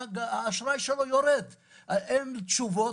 אין תשובות,